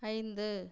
ஐந்து